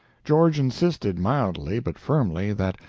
george insisted mildly, but firmly, that,